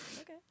okay